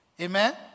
Amen